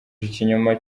ikinyoma